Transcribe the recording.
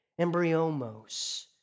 Embryomos